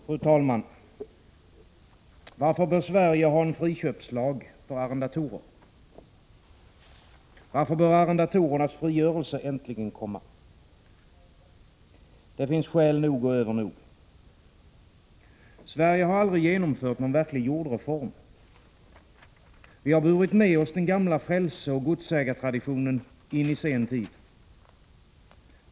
Fru talman! Varför bör Sverige ha en friköpslag för arrendatorer? Varför bör arrendatorernas frigörelse äntligen komma? Det finns skäl nog och övernog. Sverige har aldrig genomfört någon verklig jordreform. Vi har burit med oss den gamla frälseoch godsägartraditionen in i sen tid.